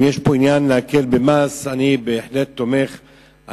אם יש פה אפשרות להקל במס, אני בהחלט תומך בזה.